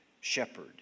shepherd